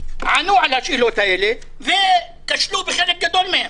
ענו על השאלות האלה וכשלו בחלק גדול מהן.